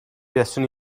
buaswn